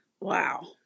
Wow